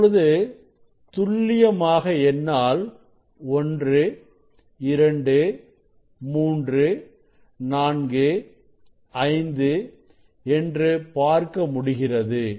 இப்பொழுது துல்லியமாக என்னால் 1 2 3 4 5 என்று பார்க்க முடிகிறது